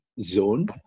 zone